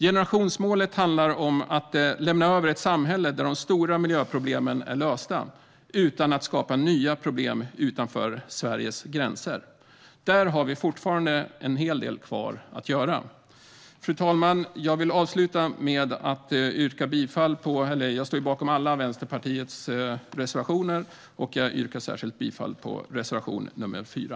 Det handlar om att lämna över ett samhälle där de stora miljöproblemen är lösta utan att skapa nya problem utanför Sveriges gränser. Där har vi fortfarande en hel del kvar att göra. Fru talman! Jag står bakom Vänsterpartiets alla reservationer men vill avslutningsvis särskilt yrka bifall till reservation nr 4.